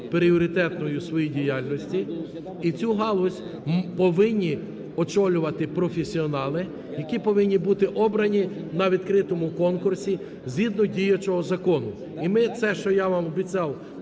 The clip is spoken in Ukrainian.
пріоритетною у своїй діяльності. І цю галузь повинні очолювати професіонали, які повинні бути обрані на відкритому конкурсі згідно діючого закону. І ми це, що я вам обіцяв